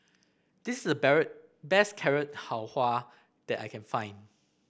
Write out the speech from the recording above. this is the best Carrot Halwa that I can find